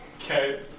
Okay